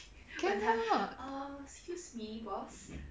cannot